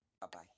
Bye-bye